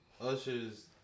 Usher's